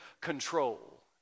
control